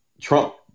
Trump